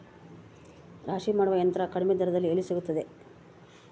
ರಾಶಿ ಮಾಡುವ ಯಂತ್ರ ಕಡಿಮೆ ದರದಲ್ಲಿ ಎಲ್ಲಿ ಸಿಗುತ್ತದೆ?